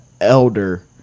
elder